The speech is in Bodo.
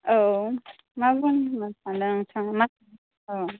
औ मा बुंनो सानदों नोंथाङा मा औ